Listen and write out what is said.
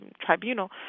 tribunal